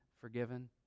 forgiven